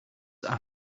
are